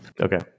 Okay